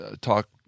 talk